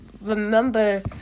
remember